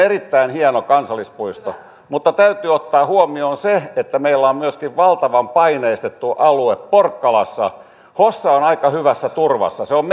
erittäin hieno kansallispuisto mutta täytyy ottaa huomioon se että meillä on myöskin valtavan paineistettu alue porkkalassa hossa on aika hyvässä turvassa se on